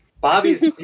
Bobby's